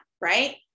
right